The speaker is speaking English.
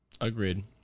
agreed